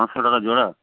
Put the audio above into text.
পাঁচশো টাকা জোড়া